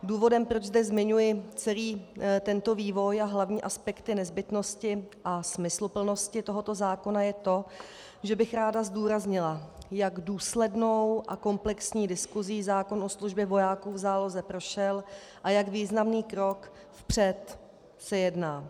Důvodem, proč zde zmiňuji celý tento vývoj a hlavní aspekty nezbytnosti a smysluplnosti tohoto zákona, je to, že bych ráda zdůraznila, jak důslednou a komplexní diskusí zákon o službě vojáků v záloze prošel a o jak významný krok vpřed se jedná.